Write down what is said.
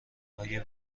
آیا